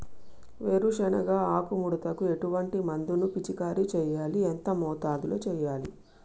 వేరుశెనగ ఆకు ముడతకు ఎటువంటి మందును పిచికారీ చెయ్యాలి? ఎంత మోతాదులో చెయ్యాలి?